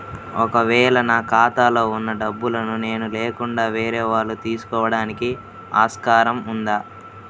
ఒక వేళ నా ఖాతాలో వున్న డబ్బులను నేను లేకుండా వేరే వాళ్ళు తీసుకోవడానికి ఆస్కారం ఉందా?